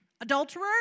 adulterer